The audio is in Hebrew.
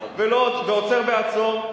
ועוצר בעצור,